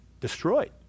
Destroyed